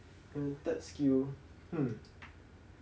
and third skill hmm